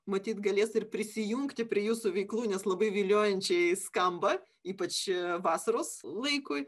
matyt galės ir prisijungti prie jūsų veiklų nes labai viliojančiai skamba ypač vasaros laikui